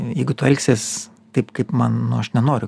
jeigu tu elgsies taip kaip man nu aš nenoriu